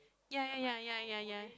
ya ya ya ya ya